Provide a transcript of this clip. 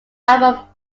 album